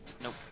Nope